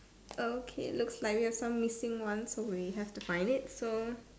okay looks like we have some missing ones we have to find it so